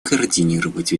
координировать